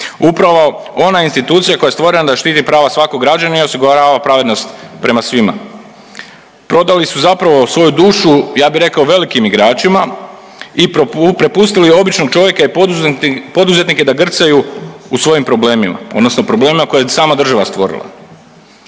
upravo ona institucija koja je stvorena da štiti prava svakog građanina i osigurava pravednost prema svima. Prodali su zapravo svoju dušu ja bih rekao velikim igračima i prepustili običnog čovjeka i poduzetnike da grcaju u svojim problemima, odnosno problemima koje je sama država stvorila.